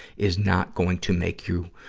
is not going to make you,